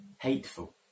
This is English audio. hateful